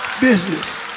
business